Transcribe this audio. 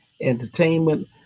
entertainment